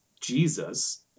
Jesus